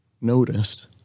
noticed